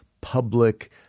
public